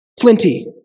Plenty